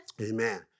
Amen